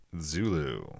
zulu